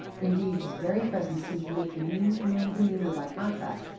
indeed, his very presence seemed to make the mean room the meaner by contrast,